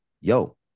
yo